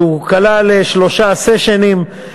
שכלל שלושה סשנים,